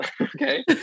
okay